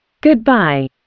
Goodbye